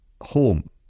home